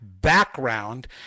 background